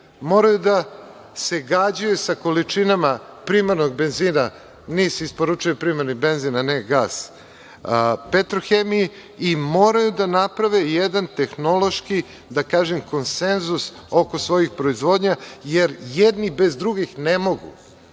moraju da se gađaju sa količinama primarnog benzina, NIS isporučuje primarni benzin, a ne gas, „Petrohemiji“. Moraju da naprave i jedan tehnološki, da kažem, konsenzus oko svojih proizvodnja, jer jedni bez drugih ne mogu,